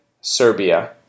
Serbia